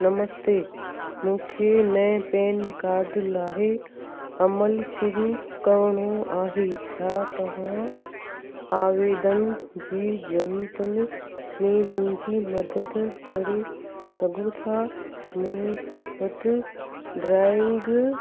नमस्ते मूंखे नये PAN card लाइ अमल शुरू करिणो आहे छा तव्हां आवेदन जी ज़रूरतुनि में मुंहिंजी मदद करे सघो था मूं वटि ड्राइंग